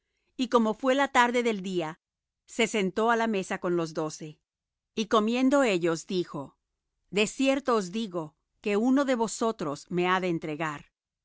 y como fué la tarde del día se sentó á la mesa con los doce y comiendo ellos dijo de cierto os digo que uno de vosotros me ha de entregar y